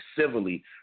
civilly